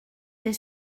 des